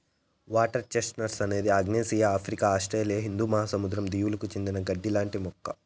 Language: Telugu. వాటర్ చెస్ట్నట్ అనేది ఆగ్నేయాసియా, ఆఫ్రికా, ఆస్ట్రేలియా హిందూ మహాసముద్ర దీవులకు చెందిన గడ్డి లాంటి మొక్క